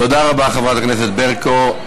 תודה רבה, חברת הכנסת ברקו.